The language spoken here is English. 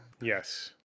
Yes